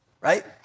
right